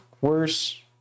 Worse